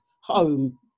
home